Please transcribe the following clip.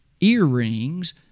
earrings